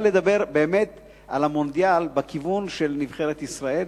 לדבר באמת על המונדיאל בכיוון של נבחרת ישראל,